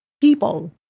people